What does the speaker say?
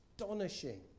astonishing